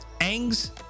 Ang's